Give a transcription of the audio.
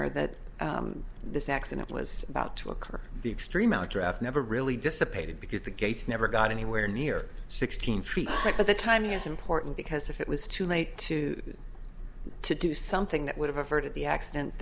ner that this accident was about to occur the extreme out draft never really dissipated because the gates never got anywhere near sixteen feet but the timing is important because if it was too late to to do something that would have averted the accident